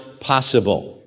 possible